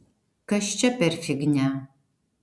kas čia per fignia